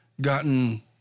gotten